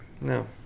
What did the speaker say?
No